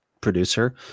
producer